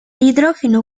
hidrógeno